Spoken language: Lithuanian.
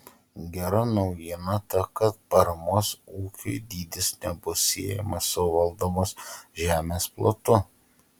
gera naujiena ta kad paramos ūkiui dydis nebus siejamas su valdomos žemės plotu